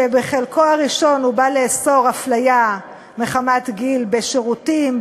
שבחלקו הראשון הוא בא לאסור אפליה מחמת גיל בשירותים,